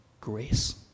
grace